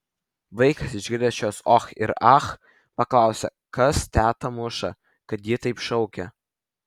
vaikas išgirdęs šiuos och ir ach paklausė kas tetą muša kad ji taip šaukia